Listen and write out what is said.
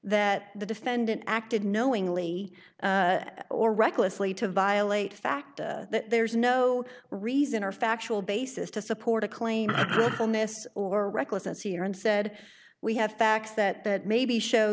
that the defendant acted knowingly or recklessly to violate fact that there's no reason or factual basis to support a claim on this or recklessness here and said we have facts that that maybe show